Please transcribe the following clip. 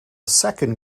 second